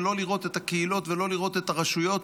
ולא לראות את הקהילות ולא לראות את הרשויות,